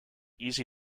easy